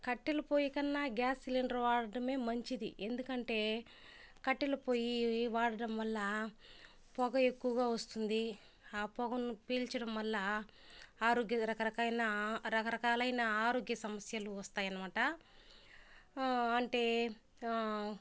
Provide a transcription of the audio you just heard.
కట్టెలు పొయ్యి కన్నా గ్యాస్ సిలిండర్ వాడడమే మంచిది ఎందుకంటే కట్టెల పొయ్యి వాడడం వల్ల పొగ ఎక్కువగా వస్తుంది ఆ పొగను పీల్చడం వల్ల ఆరోగ్య రకరకైనా రకరకాలైన ఆరోగ్య సమస్యలు వస్తాయనమాట అంటే